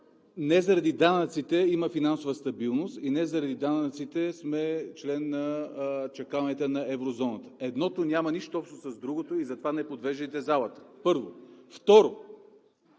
не заради данъците има финансова стабилност и не заради данъците сме член на чакалнята на еврозоната. Едното няма нищо общо с другото и затова не подвеждайте залата – първо. Второ,